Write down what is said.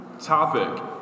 Topic